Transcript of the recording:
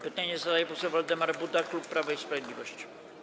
Pytanie zadaje poseł Waldemar Buda, klub Prawo i Sprawiedliwość.